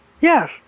Yes